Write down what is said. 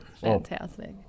Fantastic